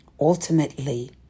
ultimately